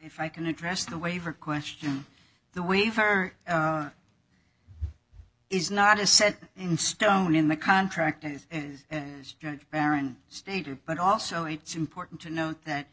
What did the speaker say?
if i can address the waiver question the waiver is not a set in stone in the contract is apparent stated but also it's important to note that